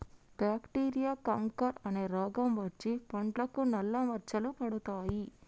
bacteria canker అనే రోగం వచ్చి పండ్లకు నల్ల మచ్చలు పడతాయి